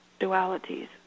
dualities